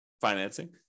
financing